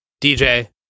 DJ